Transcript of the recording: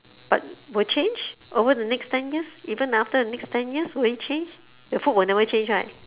but will change over the next ten years even after the next ten years will it change the food will never change right